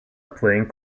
playing